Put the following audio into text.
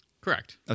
Correct